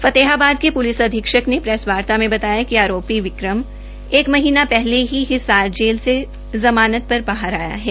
फतेहाबाद के प्लिस अधीक्षक ने प्रेसवार्ता ने बताया कि आरोपी विक्रम भांभू एक महीना पहले ही हिसार जेल से जमानत पर बारह आया है